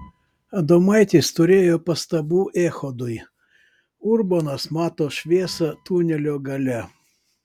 adomaitis turėjo pastabų echodui urbonas mato šviesą tunelio gale